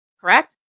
Correct